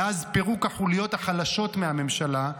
מאז פירוק החוליות החלשות מהממשלה,